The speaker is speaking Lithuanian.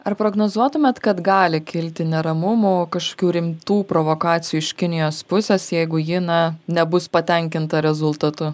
ar prognozuotumėt kad gali kilti neramumų kažkokių rimtų provokacijų iš kinijos pusės jeigu ji na nebus patenkinta rezultatu